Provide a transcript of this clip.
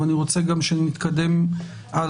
אני רוצה שנתקדם הלאה.